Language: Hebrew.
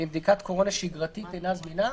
ואם בדיקת קורונה שגרתית אינה זמינה,